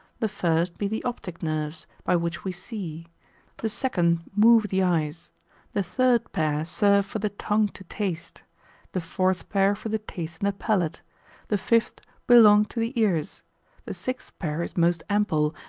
the first be the optic nerves, by which we see the second move the eyes the third pair serve for the tongue to taste the fourth pair for the taste in the palate the fifth belong to the ears the sixth pair is most ample,